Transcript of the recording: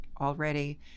already